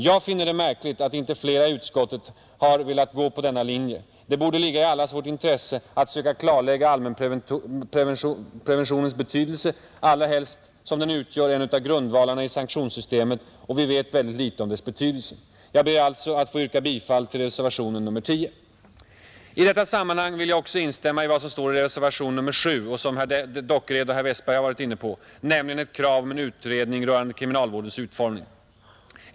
Jag finner det märkligt att inte flera i utskottet har velat gå på denna linje. Det borde ligga i allas vårt intresse att söka klarlägga allmänpreventionens betydelse, allra helst som den utgör en utav grundvalarna i sanktionssystemet, och vi vet väldigt litet om dess betydelse. Jag ber alltså att få yrka bifall till reservationen nr 10. I detta sammanhang vill jag också instämma i vad som står i reservation nr 7 och som herr Dockered och herr Westberg i Ljusdal varit inne på, nämligen ett krav om utredning rörande kriminalvårdens utformning.